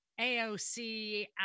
AOC